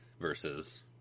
versus